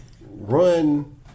run